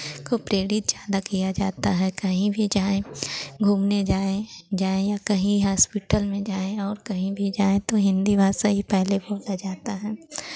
को प्रेरित ज़्यादा किया जाता है कहीं भी जाएँ घूमने जाएँ जाएँ या कहीं हॉस्पिटल में जाएँ और कहीं भी जाएँ तो हिन्दी भाषा ही पहले बोला जाता है